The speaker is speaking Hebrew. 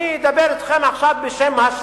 אני אדבר אתכם עכשיו בשם השפיות,